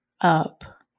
Up